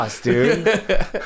dude